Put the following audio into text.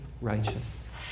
righteous